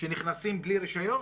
שנכנסים בלי רישיון?